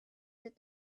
that